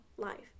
life